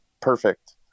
perfect